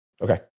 Okay